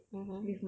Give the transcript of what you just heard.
mmhmm